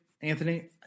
Anthony